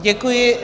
Děkuji.